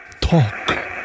Talk